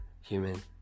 human